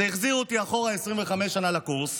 זה החזיר אותי אחורה 25 שנה, לקורס,